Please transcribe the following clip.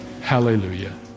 Hallelujah